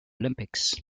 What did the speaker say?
olympics